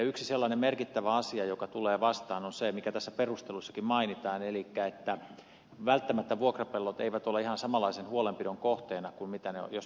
yksi sellainen merkittävä asia joka tulee vastaan on se mikä tässä perusteluissakin mainitaan elikkä että välttämättä vuokrapellot eivät ole ihan samanlaisen huolenpidon kohteena kuin jos ne ovat omistuksessa